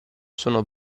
sono